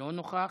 לא נוכח,